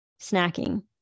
snacking